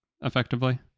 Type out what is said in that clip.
effectively